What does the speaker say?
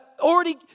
already